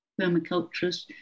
permaculturist